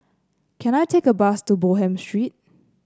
can I take a bus to Bonham Street